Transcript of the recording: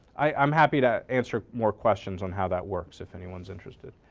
i'm happy to answer more questions on how that works if anyone's interested.